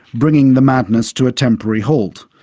bringing the madness to a temporary halt.